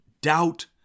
doubt